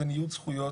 זה ניוד זכויות.